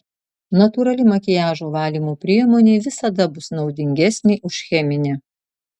natūrali makiažo valymo priemonė visada bus naudingesnė už cheminę